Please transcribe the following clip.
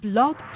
Blog